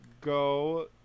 go